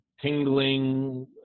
tingling